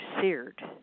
seared